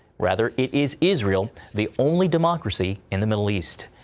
rather, it is israel, the only democracy in the middle east.